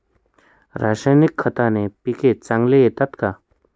रासायनिक खताने पिके चांगली येतात का?